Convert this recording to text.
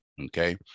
okay